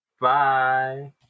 Bye